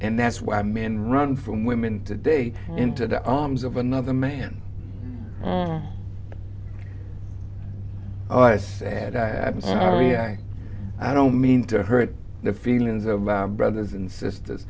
and that's why men run from women today into the arms of another man i said i'm sorry i i don't mean to hurt the feelings of my brothers and sisters